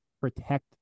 protect